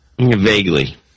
Vaguely